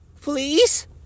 Please